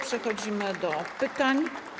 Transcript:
Przechodzimy do pytań.